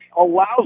allows